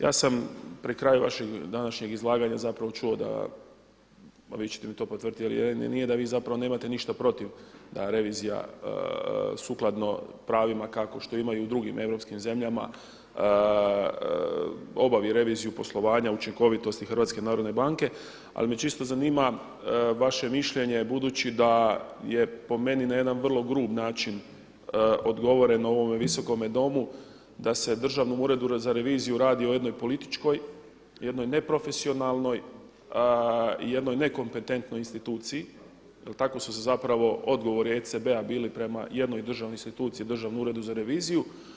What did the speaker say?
Ja sam pri kraju vašeg današnjeg izlaganja zapravo čuo da, a vi ćete mi to potvrditi je li je ili nije, da vi zapravo nemate ništa protiv da revizija sukladno pravima kao što imaju i u drugim europskim zemljama obavi reviziju poslovanja i učinkovitosti HNB-a ali me čisto zanima vaše mišljenje budući da je po meni na jedan vrlo grub način odgovoreno u ovome visokome domu da se Državnom uredu za reviziju radi o jednoj političkoj, jednoj neprofesionalnoj i jednoj nekompetentnoj instituciji jer tamo su se zapravo odgovori ECB-a bili prema jednoj državnoj instituciji Državnom uredu za reviziju.